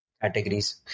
categories